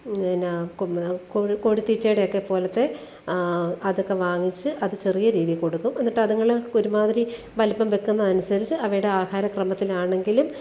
എന്നാ കു കൊഴ് കോഴിത്തീറ്റേടെയക്കെപ്പോലത്തെ അതക്കെ വാങ്ങിച്ച് അത് ചെറിയ രീതിയിൽ കൊടുക്കും എന്നിട്ടത്ങ്ങൾ ഒരു മാതിരി വലിപ്പം വെക്കുന്നതനുസരിച്ച് അവയുടെ ആഹാരക്രമത്തിലാണെങ്കിലും